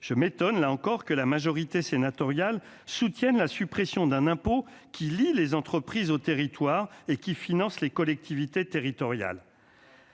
je m'étonne là encore que la majorité sénatoriale soutiennent la suppression d'un impôt qui lie les entreprises au territoire et qui finance les collectivités territoriales,